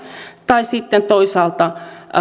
tai sitten toisaalta